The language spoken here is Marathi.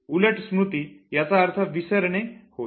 उलट स्मृती याचा अर्थ विसरणे होय